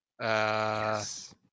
Yes